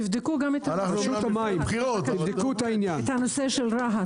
תבדקו גם את העניין, את הנושא של רהט.